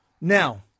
Now